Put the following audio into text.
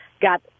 got